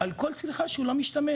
על כל צריכה שהוא לא משתמש,